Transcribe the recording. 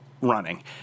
running